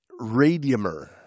radiumer